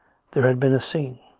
there had been a scene.